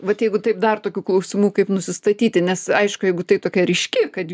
vat jeigu taip dar tokių klausimų kaip nusistatyti nes aišku jeigu tai tokia ryški kad